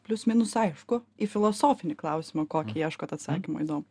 plius minus aišku į filosofinį klausimą kokį ieškot atsakymo įdomu